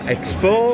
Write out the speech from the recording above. Expo